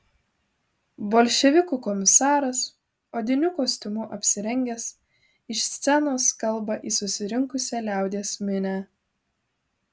bolševikų komisaras odiniu kostiumu apsirengęs iš scenos kalba į susirinkusią liaudies minią